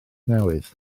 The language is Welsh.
newydd